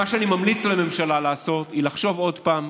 מה שאני ממליץ לממשלה לעשות זה לחשוב עוד פעם